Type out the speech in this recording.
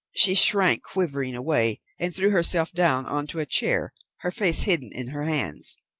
she shrank quivering away, and threw herself down on to a chair, her face hidden in her hands.